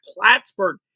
Plattsburgh